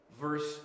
Verse